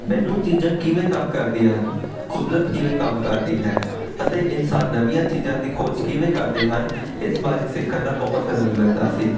ਮੈਨੂੰ ਚੀਜ਼ਾਂ ਕਿਵੇਂ ਕੰਮ ਕਰਦੀਆਂ ਹਨ ਕੁਦਰਤ ਕਿਵੇਂ ਕੰਮ ਕਰਦੀ ਹੈ ਅਤੇ ਇਨਸਾਨ ਨਵੀਆਂ ਚੀਜ਼ਾਂ ਦੀ ਖੋਜ ਕਿਵੇਂ ਕਰਦੇ ਹਨ ਇਸ ਬਾਰੇ ਸਿੱਖਣ ਦਾ ਬਹੁਤ ਆਨੰਦ ਮਿਲਦਾ ਸੀ